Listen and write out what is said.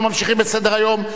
אנחנו ממשיכים בסדר-היום.